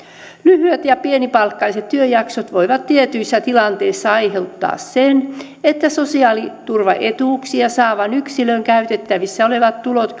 lyhyet ja pienipalkkaiset työjaksot voivat tietyissä tilanteissa aiheuttaa sen että sosiaaliturvaetuuksia saavan yksilön käytettävissä olevat tulot